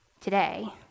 today